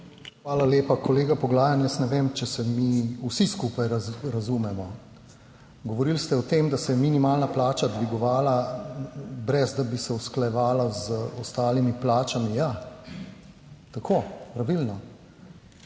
Hvala lepa. Kolega Poglajen, jaz ne vem, ali se mi vsi skupaj razumemo. Govorili ste o tem, da se je minimalna plača dvigovala, brez da bi se usklajevala z ostalimi plačami. Ja, tako, pravilno,